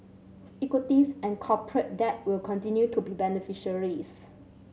equities and corporate debt will continue to be beneficiaries